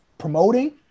promoting